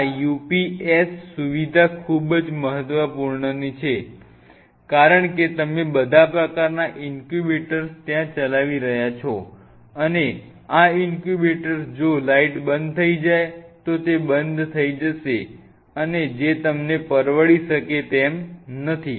આ UPS સુવિધા ખૂબ મહત્વની છે કારણ કે તમે બધા પ્રકારના ઇન્ક્યુબેટર્સ ત્યાં ચલાવી રહ્યા છો અને આ ઈન્ક્યુબેટર્સ જો લાઈટ બંધ થઈ જાય તો તે બંધ થઈ જશે અને જે તમને પરવડી શકે તેમ નથી